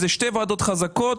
אלה שתי ועדות חזקות,